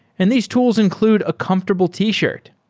and these tools include a comfortable t-shirt.